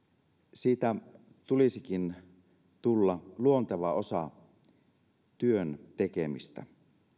siitä tulisikin tulla luonteva osa työn tekemistä